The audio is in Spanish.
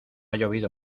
llovido